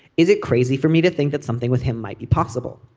is it crazy for me to think that something with him might be possible.